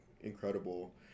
incredible